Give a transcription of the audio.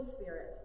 Spirit